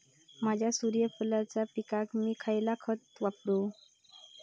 माझ्या सूर्यफुलाच्या पिकाक मी खयला खत वापरू?